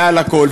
מעל הכול,